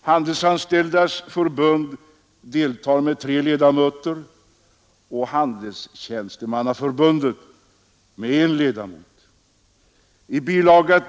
Handelsanställdas förbund deltar med tre ledamöter och Handelstjänstemannaförbundet med en ledamot. I bil.